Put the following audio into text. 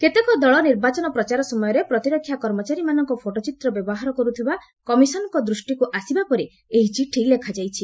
କେତେକ ଦଳ ନିର୍ବାଚନ ପ୍ରଚାର ସମୟରେ ପ୍ରତିରକ୍ଷା କର୍ମଚାରୀମାନଙ୍କ ଫଟୋଚିତ୍ର ବ୍ୟବହାର କରୁଥିବା କମିଶନ୍ଙ୍କ ଦୂଷ୍ଟିକୁ ଆସିଥିବା ଚିଠିରେ ଉଲ୍ଲ୍ଲେଖ ରହିଛି